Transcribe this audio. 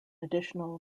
additional